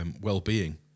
well-being